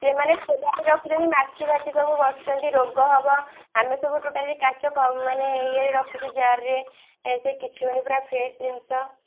ସେମାନେ ଖୋଲାରେ ରଖୁଛନ୍ତି ମାଛି ଫାଛି ସବୁ ବସୁଛନ୍ତି ରୋଗ ହବ ଆମେ ସବୁ ଟୋଟାଲି କାଚ ମାନେ ଇଏରେ ରଖୁଛୁ ଜାର୍ ରେ ଏ ସେ କିଛି ହଉନି ପୁରା ଫ୍ରେସ୍ ଜିନିଷ